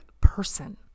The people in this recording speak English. person